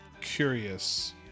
curious